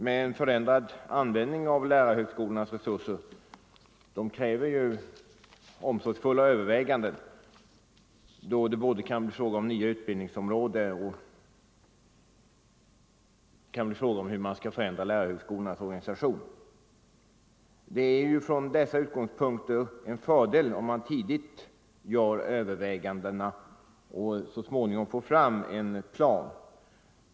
Men en förändrad användning av lärarhögskolornas resurser kräver omsorgsfulla överväganden, då det kan bli fråga om både nya utbildningsområden och förändring av lärarhögskolornas organisation. Det är med dessa utgångspunkter en fördel om man tidigt gör övervägandena och så småningom får fram en plan.